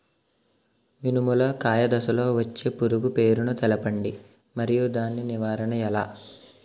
మినుము లో కాయ దశలో వచ్చే పురుగు పేరును తెలపండి? మరియు దాని నివారణ ఎలా?